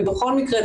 ובכל מקרה,